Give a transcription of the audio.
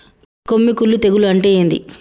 కొమ్మి కుల్లు తెగులు అంటే ఏంది?